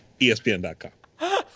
ESPN.com